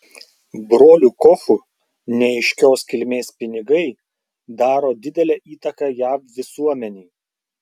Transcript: brolių kochų neaiškios kilmės pinigai daro didelę įtaką jav visuomenei